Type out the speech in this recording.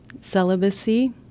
celibacy